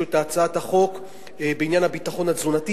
את הצעת החוק בעניין הביטחון התזונתי.